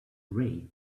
ray